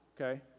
okay